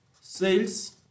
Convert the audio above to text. sales